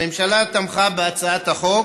הממשלה תמכה בהצעת החוק,